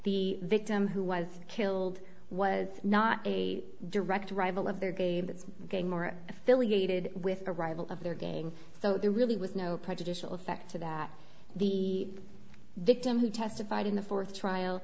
the victim who was killed was not a direct rival of their game that's affiliated with a rival of their gang so there really was no prejudicial effect to that the victim who testified in the fourth trial